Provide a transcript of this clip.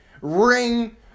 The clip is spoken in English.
ring